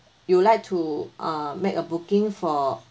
you would like to uh make a booking for